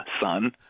son